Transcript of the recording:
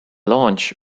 launch